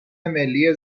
ملی